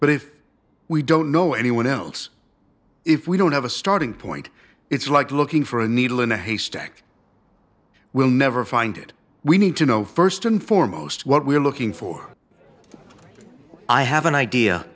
but if we don't know anyone else if we don't have a starting point it's like looking for a needle in a haystack we'll never find it we need to know st and foremost what we are looking for i have an idea